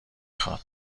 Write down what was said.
خواد